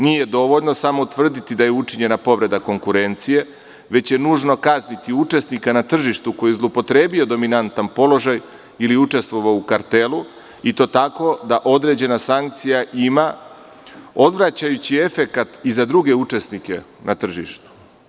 Nije dovoljno samo utvrditi da je učinjena povreda konkurencije, već je nužno kazniti učesnika koji je zloupotrebio dominantan položaj ili učestvovao u kartelu i to tako da određena sankcija ima odvraćajući efekat i za druge učesnike na tržištu.